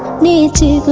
need to